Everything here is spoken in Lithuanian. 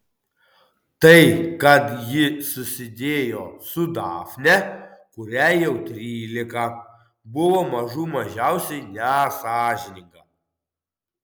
tai kad ji susidėjo su dafne kuriai jau trylika buvo mažų mažiausiai nesąžininga